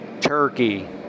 Turkey